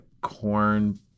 corn